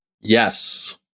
yes